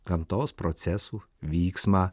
gamtos procesų vyksmą